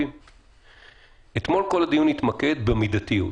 אתמול כל הדיון התמקד במידתיות.